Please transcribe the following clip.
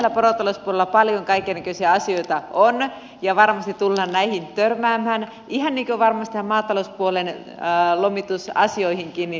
kyllähän meillä porotalouspuolella paljon kaikennäköisiä asioita on ja varmasti tullaan näihin törmäämään ihan niin kuin varmasti näihin maatalouspuolen lomitusasioihinkin